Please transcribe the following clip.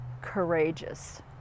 courageous